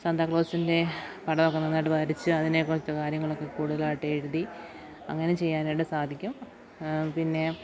സാന്താക്ലോസിൻ്റെ പടമൊക്കെ നന്നായിട്ടു വരച്ച് അതിനെക്കുറിച്ച് കാര്യങ്ങളൊക്കെ കൂടുതലായിട്ടെഴുതി അങ്ങനെ ചെയ്യാനായിട്ട് സാധിക്കും പിന്നെ